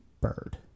bird